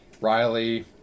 Riley